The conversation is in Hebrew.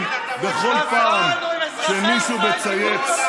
אלה הפעמים האחרונות שהם צועקים מהצד הזה,